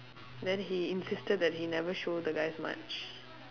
then he insisted that he never show the guys much